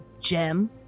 gem